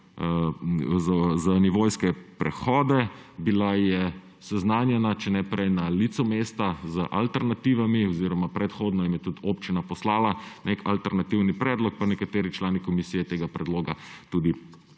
za nivojske prehode. Bila je seznanjena, če ne prej, na licu mesta, z alternativami oziroma predhodno jim je tudi občina poslala nek alternativni predlog, pa nekateri člani komisije tega predloga tudi